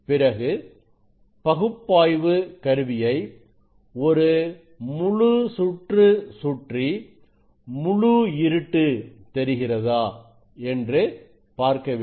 பிறகு பகுப்பாய்வு கருவியை ஒரு முழு சுற்று சுற்றி முழு இருட்டு தெரிகிறதா என்று பார்க்க வேண்டும்